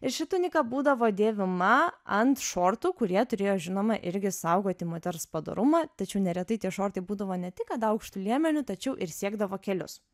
ir ši tunika būdavo dėvima ant šortų kurie turėjo žinoma irgi saugoti moters padorumą tačiau neretai tie šortai būdavo ne tik kad aukštu liemeniu tačiau ir siekdavo kelius